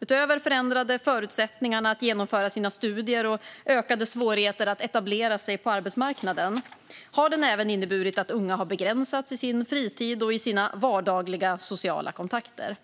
Utöver förändrade förutsättningar att genomföra sina studier och ökade svårigheter att etablera sig på arbetsmarknaden har den även inneburit att unga har begränsats i sin fritid och i sina vardagliga sociala kontakter.